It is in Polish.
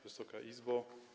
Wysoka Izbo!